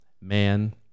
Man